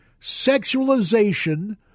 sexualization